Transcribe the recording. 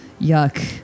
yuck